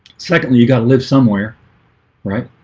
secondly you got to live somewhere right,